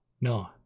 No